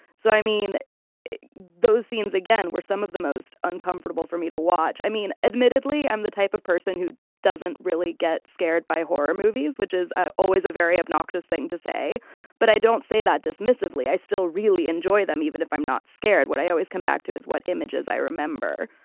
so i mean those scenes again were some of the most uncomfortable for me to watch. i mean admittedly i'm the type of person who doesn't really get scared by horror movies which is always a very obnoxious thing to say but i don't say that dismissively i still really enjoy them even if i'm not scared what i always come back to is what images i remember.